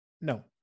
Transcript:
No